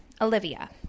Olivia